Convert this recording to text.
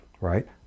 right